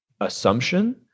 assumption